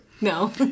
no